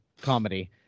comedy